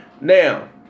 Now